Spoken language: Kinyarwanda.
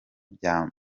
bya